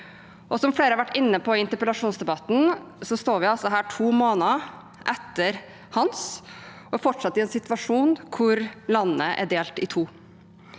Som flere har vært inne på i interpellasjonsdebatten, står vi her to måneder etter «Hans» og er fortsatt i en situasjon hvor landet er delt i to.